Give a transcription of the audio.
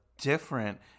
different